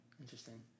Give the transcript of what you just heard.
Interesting